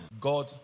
God